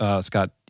Scott